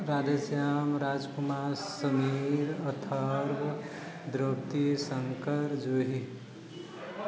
Radheshyam Rajkumar Sameer Atharv Draupadi Shankar Juhi